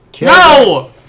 No